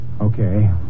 Okay